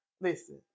Listen